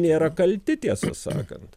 nėra kalti tiesą sakant